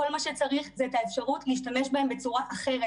כל מה שצריך זה את האפשרות להשתמש בהם בצורה אחרת